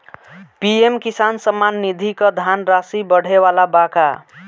PM Kisan Samman Nidhi क धनराशि बढ़े वाला बा का?